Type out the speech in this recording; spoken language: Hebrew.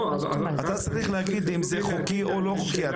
אתה צריך להגיד אם זה חוקי או לא חוקי,